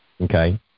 okay